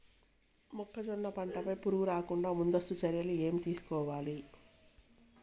మొక్కజొన్న పంట పై పురుగు రాకుండా ముందస్తు చర్యలు ఏం తీసుకోవాలి?